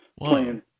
playing